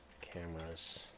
cameras